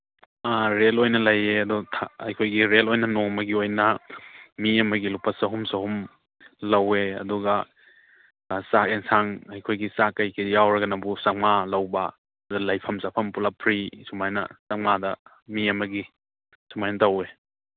ꯑ ꯔꯦꯜ ꯑꯣꯏꯅ ꯂꯩꯌꯦ ꯑꯗꯨ ꯑꯩꯈꯣꯏꯒꯤ ꯔꯦꯜ ꯑꯣꯏꯅ ꯅꯣꯡꯃꯒꯤ ꯑꯣꯏꯅ ꯃꯤ ꯑꯃꯒꯤ ꯂꯨꯄꯥ ꯆꯍꯨꯝ ꯆꯍꯨꯝ ꯂꯧꯋꯦ ꯑꯗꯨꯒ ꯆꯥꯛ ꯌꯦꯟꯁꯥꯡ ꯑꯩꯈꯣꯏꯒꯤ ꯆꯥꯛ ꯀꯩꯀꯩ ꯌꯥꯎꯔꯒꯕꯨ ꯆꯃꯉꯥ ꯂꯧꯕ ꯑꯗꯨ ꯂꯩꯐꯝ ꯆꯥꯐꯝ ꯄꯨꯂꯞ ꯐ꯭ꯔꯤ ꯁꯨꯃꯥꯏꯅ ꯆꯃꯉꯥꯗ ꯃꯤ ꯑꯃꯒꯤ ꯁꯨꯃꯥꯏꯅ ꯇꯧꯋꯦ